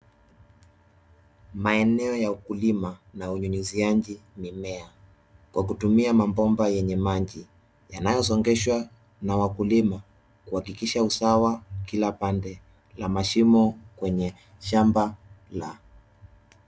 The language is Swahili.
Maeneo ya ukulima na unyinyiziaji mimea, kwa kutumia mabomba yenye maji , yanayosongesha na wakulima kwa kuhakikisha usawa kila pande la mashimo kwenye shamba.